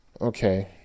okay